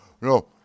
no